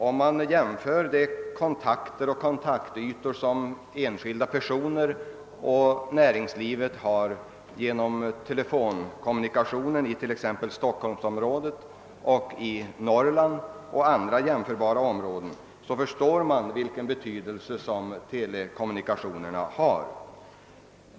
Om man jämför de kontakter och kontaktytor som enskilda personer och näringslivet har genom telekommunikationerna i Stockholmsområdet å ena sidan och i Norrland och andra jämförbara områden å andra sidan, förstår man vilken betydelse telekommunikationerna har.